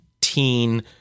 teen